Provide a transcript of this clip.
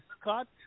Scott